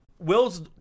Wills